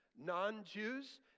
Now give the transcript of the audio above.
non-jews